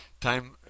time